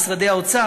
משרדי האוצר,